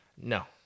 No